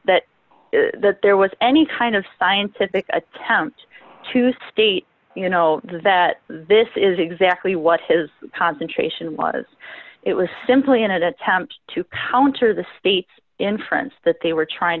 that there was any kind of scientific attempt to state you know that this is exactly what his concentration was it was simply an attempt to counter the state's inference that they were trying